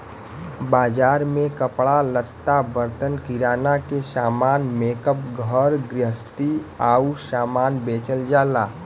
बाजार में कपड़ा लत्ता, बर्तन, किराना के सामान, मेकअप, घर गृहस्ती आउर सामान बेचल जाला